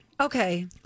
okay